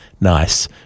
nice